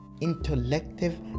intellective